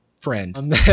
friend